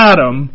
Adam